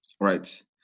right